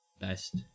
best